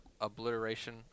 obliteration